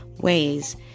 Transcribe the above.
ways